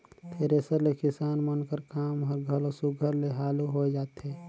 thresher ले किसान मन कर काम हर घलो सुग्घर ले हालु होए जाथे